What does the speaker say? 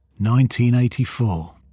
1984